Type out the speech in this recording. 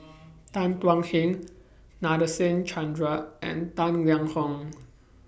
Tan Thuan Heng Nadasen Chandra and Tang Liang Hong